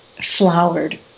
flowered